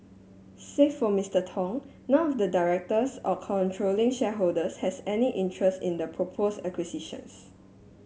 save for Mister Tong none of the directors or controlling shareholders has any interest in the propose acquisitions